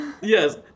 yes